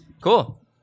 Cool